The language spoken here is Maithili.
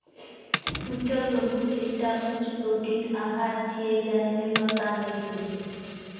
टूटल गहूम एकटा उच्च प्रोटीन आहार छियै, जाहि मे वसा नै होइ छै